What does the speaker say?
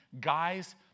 guys